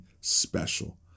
special